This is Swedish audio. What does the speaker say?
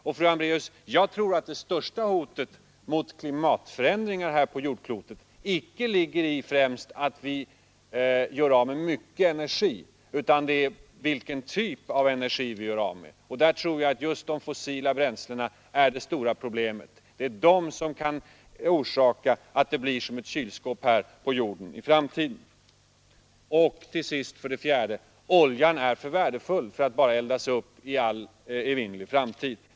Jag tror, fru Hambraeus, att det största hotet mot klimatförändringar här på jordklotet icke främst ligger i att vi gör av med mycket energi, utan vilken typ av energi vi gör av med. Och där tror jag att de fossila bränslena är det största problemet. Det är dessa som kan orsaka att det blir som ett kylskåp här på jorden i framtiden. För det fjärde är oljan för värdefull att bara eldas upp i all evinnerlig framtid.